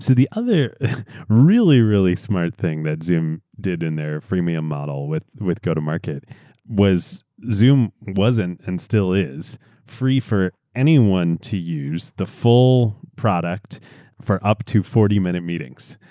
so the other really, really smart thing that zoom did in their freemium model with with go to market was zoom was and and still is free for anyone to use the full product for up to forty minute meetings.